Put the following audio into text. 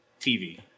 TV